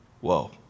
whoa